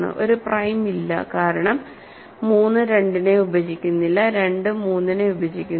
ഒരു പ്രൈം ഇല്ല കാരണം 3 2നെ വിഭജിക്കുന്നില്ല 2 3 നെ വിഭജിക്കുന്നില്ല